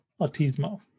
Autismo